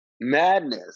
madness